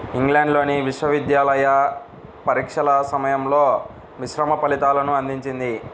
ఇంగ్లాండ్లోని విశ్వవిద్యాలయ పరీక్షల సమయంలో మిశ్రమ ఫలితాలను అందించింది